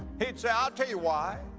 he'd say, i'll tell you why.